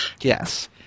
Yes